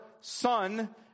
son